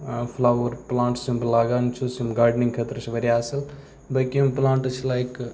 flower plants یِم بہٕ لاگان چھُس یِم گاڑنِنٛگ خٲطرٕ چھِ واریاہ اَصٕل باقٕے یِم پٕلانٛٹٕس چھِ لایک